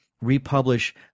republish